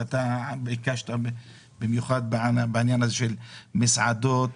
ואתה ביקשת במיוחד בעניין הזה של מסעדות,